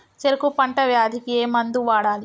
చెరుకు పంట వ్యాధి కి ఏ మందు వాడాలి?